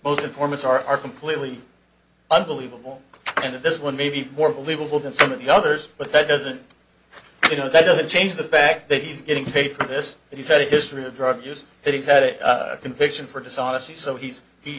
most informants are completely unbelievable and this one may be more believable than some of the others but that doesn't you know that doesn't change the fact that he's getting paid for this he said a history of drug use has had a conviction for dishonesty so he's he